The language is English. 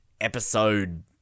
episode